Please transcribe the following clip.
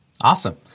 awesome